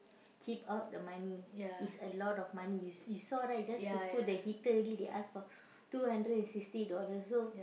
keep all the money it's a lot of money you s~ you saw right just to put the heater only they ask for two hundred and sixty dollars so